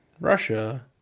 Russia